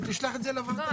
שתשלח את זה לוועדה.